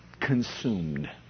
Consumed